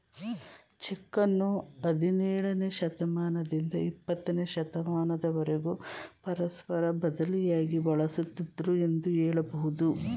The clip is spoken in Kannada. ಚೆಕ್ಕನ್ನು ಹದಿನೇಳನೇ ಶತಮಾನದಿಂದ ಇಪ್ಪತ್ತನೇ ಶತಮಾನದವರೆಗೂ ಪರಸ್ಪರ ಬದಲಿಯಾಗಿ ಬಳಸುತ್ತಿದ್ದುದೃ ಎಂದು ಹೇಳಬಹುದು